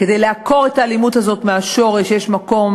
כדי לעקור את האלימות הזאת מהשורש יש מקום